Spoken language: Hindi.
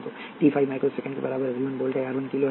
तो t 5 माइक्रो सेकेंड के बराबर है v 1 वोल्ट है और r 1 किलो है